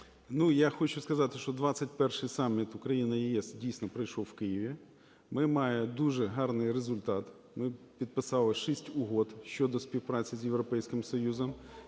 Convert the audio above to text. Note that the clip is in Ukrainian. я хочу сказати, що 21-й саміт Україна - ЄС дійсно пройшов в Києві. Ми маємо дуже гарний результат. Ми підписали 6 угод щодо співпраці з Європейським Союзом.